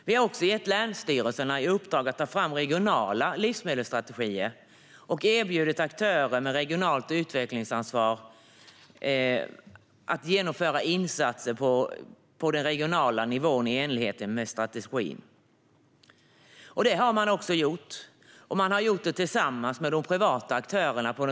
Vi har också gett länsstyrelserna i uppdrag att ta fram regionala livsmedelsstrategier och erbjudit aktörer med regionalt utvecklingsansvar att genomföra insatser på regional nivå i enlighet med strategin. Det har de också gjort tillsammans med privata aktörer.